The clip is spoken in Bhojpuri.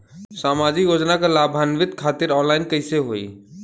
सामाजिक योजना क लाभान्वित खातिर ऑनलाइन कईसे होई?